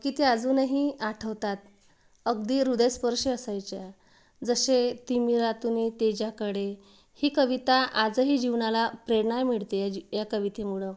की त्या अजूनही आठवतात अगदी हृदयस्पर्शी असायच्या जसे तिमिरातुनी तेजाकडे ही कविता आजही जीवनाला प्रेरणा मिळते या जी या कवितेमुळं